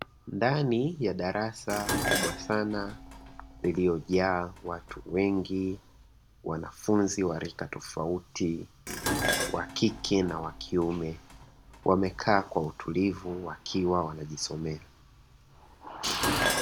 Ndani ya darasa kubwa sana lililojaa watu wengi, wanafunzi wa rika tofauti, wa kike na wa kiume wamekaa kwa utulivu wakiwa wanajisomea.